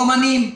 אומנים,